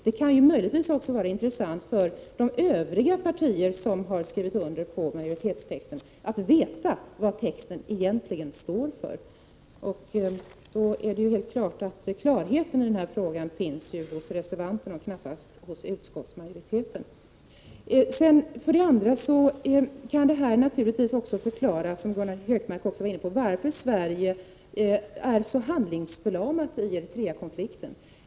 Det kan möjligtvis också vara intressant för de övriga partier som har skrivit under majoritetstexten att veta vad texten egentligen står för. Det framgår tydligt att klarheten i denna fråga finns hos reservanterna men knappast hos utskottsmajoriteten. Detta kan, som Gunnar Hökmark också var inne på, förklara varför Sverige är så handlingsförlamat i Eritreakonflikten.